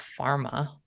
pharma